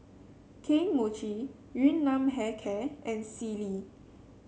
Kane Mochi Yun Nam Hair Care and Sealy